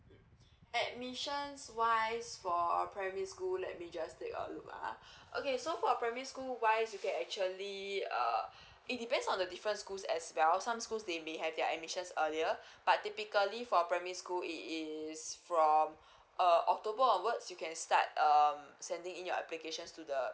admissions wise for our primary school let me just take a look ah okay so for our primary school wise you can actually uh it depends on the different schools as well some schools they may have their admissions earlier but typically for primary school it is from uh october onwards you can start um sending in your applications to the